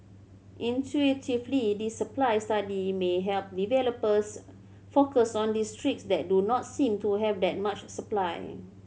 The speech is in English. intuitively this supply study may help developers focus on districts that do not seem to have that much supply